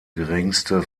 geringste